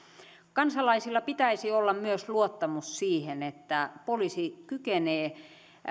kansalaisilla pitäisi olla myös luottamus siihen että poliisi kykenee